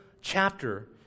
chapter